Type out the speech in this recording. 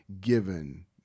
given